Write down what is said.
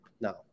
now